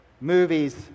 movies